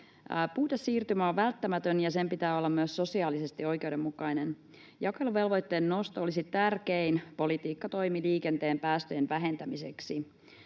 Puhdas siirtymä on välttämätön, ja sen pitää olla myös sosiaalisesti oikeudenmukainen. Jakeluvelvoitteen nosto olisi tärkein politiikkatoimi liikenteen päästöjen vähentämiseksi.